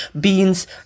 Beans